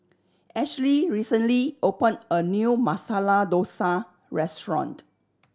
Ashley recently opened a new Masala Dosa Restaurant